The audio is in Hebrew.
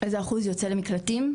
זה אחוז יוצא למקלטים?